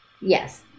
yes